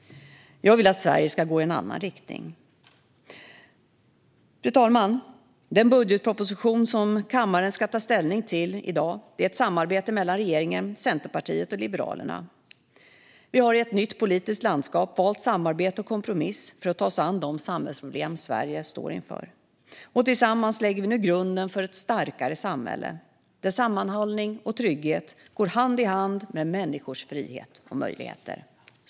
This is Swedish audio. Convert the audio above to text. Jag vill att Sverige ska gå i en annan riktning. Fru talman! Den budgetproposition som kammaren ska ta ställning till i dag är ett samarbete mellan regeringen, Centerpartiet och Liberalerna. Vi har i ett nytt politiskt landskap valt samarbete och kompromiss för att ta oss an de samhällsproblem Sverige står inför. Tillsammans lägger vi nu grunden för ett starkare samhälle, där sammanhållning och trygghet går hand i hand med människors frihet och möjligheter.